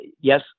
yes